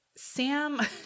sam